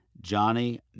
Johnny